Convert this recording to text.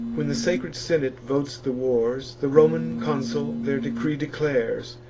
when the sacred senate votes the wars, the roman consul their decree declares,